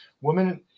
women